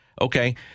Okay